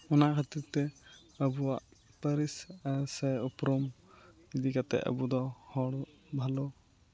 ᱚᱱᱟ ᱠᱷᱟᱹᱛᱤᱨ ᱛᱮ ᱟᱵᱚᱣᱟᱜ ᱯᱟᱹᱨᱤᱥ ᱟᱨ ᱥᱮ ᱩᱯᱨᱩᱢ ᱤᱫᱤ ᱠᱟᱛᱮᱫ ᱟᱵᱚ ᱫᱚ ᱦᱚᱲ ᱵᱷᱟᱞᱚ